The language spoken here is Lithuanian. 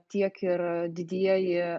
tiek ir didieji